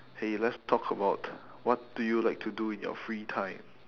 hey let's talk about what do you like to do in your free time